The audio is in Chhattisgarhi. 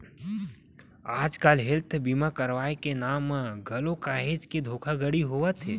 आजकल हेल्थ बीमा करवाय के नांव म घलो काहेच के धोखाघड़ी होवत हे